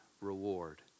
reward